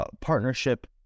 partnership